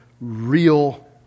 real